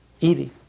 eating